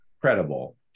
credible